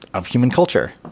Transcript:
of human culture.